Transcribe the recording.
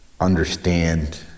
understand